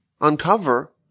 uncover